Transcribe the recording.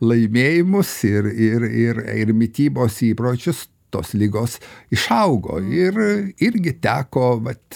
laimėjimus ir ir ir ir mitybos įpročius tos ligos išaugo ir irgi teko vat